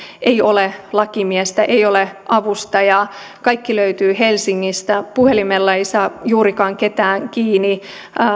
ei ole lakimiestä ei ole avustajaa kaikki löytyy helsingistä puhelimella ei saa juurikaan ketään kiinni